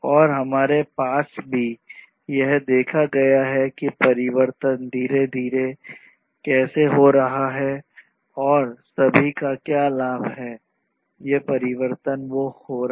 और हमारे पास भी है देखा गया कि ये परिवर्तन धीरे धीरे कैसे हो रहे हैं और सभी का क्या लाभ है ये परिवर्तन वो हैं हो रहा